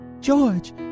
George